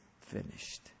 finished